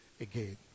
again